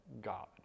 God